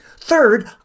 Third